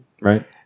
Right